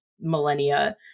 millennia